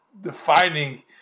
defining